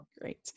great